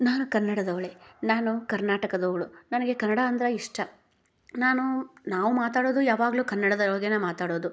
ನಾನು ಕನ್ನಡದವಳೆ ನಾನು ಕರ್ನಾಟಕದವಳು ನನಗೆ ಕನ್ನಡ ಅಂದ್ರೆ ಇಷ್ಟ ನಾನು ನಾವು ಮಾತಾಡೋದು ಯಾವಾಗಲು ಕನ್ನಡದ ಬಗ್ಗೇನೆ ಮಾತಾಡೋದು